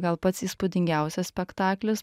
gal pats įspūdingiausias spektaklis